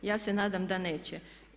Ja se nadam da neće.